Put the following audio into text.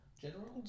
general